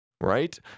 right